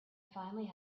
finally